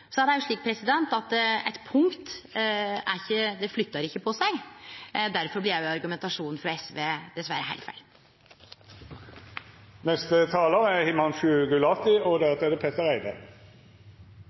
Eit punkt flyttar ikkje på seg. Difor blir også argumentasjonen frå SV dessverre heilt